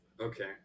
Okay